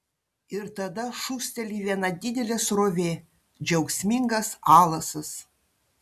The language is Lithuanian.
ir tada šūsteli viena didelė srovė džiaugsmingas alasas